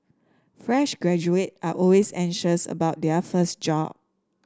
fresh graduate are always anxious about their first job